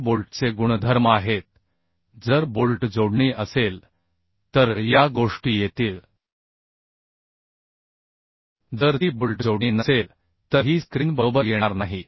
पुढे बोल्टचे गुणधर्म आहेत जर बोल्ट जोडणी असेल तर या गोष्टी येतील जर ती बोल्ट जोडणी नसेल तर ही स्क्रीन बरोबर येणार नाही